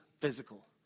physical